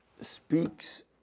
speaks